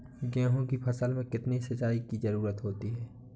गेहूँ की फसल में कितनी सिंचाई की जरूरत होती है?